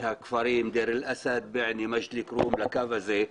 הכפרים דיר אל אסד ומג'דל כרום לקו הזה.